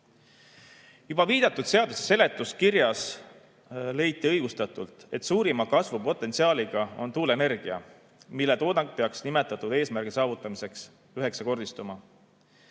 Juba viidatud seaduse seletuskirjas leiti õigustatult, et suurima kasvupotentsiaaliga on tuuleenergia, mille toodangut peaks nimetatud eesmärgi saavutamiseks üheksakordistama.